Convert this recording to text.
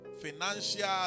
financial